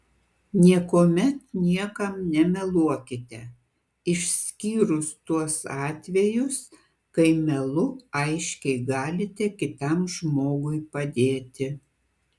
niekuomet niekam nemeluokite išskyrus tuos atvejus kai melu aiškiai galite kitam žmogui padėti